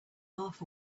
half